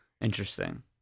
Interesting